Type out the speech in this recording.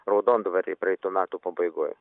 raudondvary praeitų metų pabaigoj